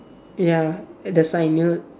ya at the sign near